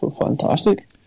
fantastic